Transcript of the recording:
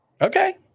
Okay